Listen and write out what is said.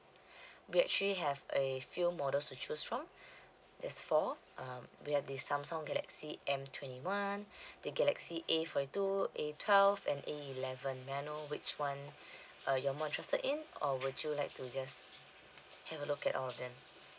we actually have a few models to choose from there's four um we have the Samsung galaxy M twenty one the galaxy A forty two A twelve and A eleven may I know which one uh you're more interested in or would you like to just have a look at all of them